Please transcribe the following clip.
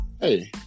Hey